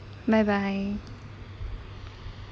bye bye